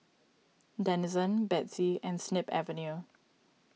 Denizen Betsy and Snip Avenue